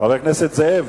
חבר הכנסת זאב,